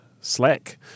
Slack